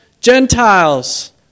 Gentiles